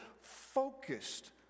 focused